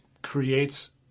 creates